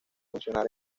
mencionar